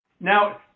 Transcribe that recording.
Now